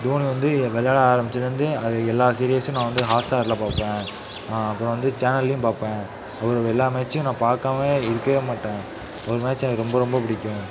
தோனி வந்து விளையாட ஆரம்பிச்சதிலருந்து அது எல்லா சீரியஸும் நான் வந்து ஹாஸ்டாரில் பார்ப்பன் அப்புறம் வந்து சேனல்லையும் பார்ப்பன் அவர் எல்லா மேட்சும் நான் பார்க்காம இருக்கவே மாட்டேன் அவர் மேட்ச எனக்கு ரொம்ப ரொம்ப பிடிக்கும்